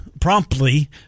promptly